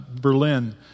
Berlin